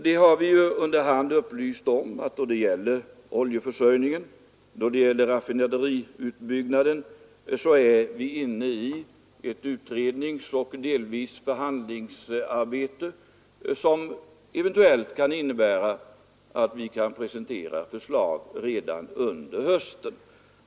Vi har under hand upplyst om att vi när det gäller oljeförsörjningen och raffinaderiutbyggnaden är inne i ett utredningsoch behandlingsarbete, vilket eventuellt kan innebära att vi kan presentera förslag redan under hösten.